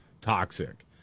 toxic